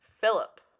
Philip